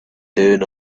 down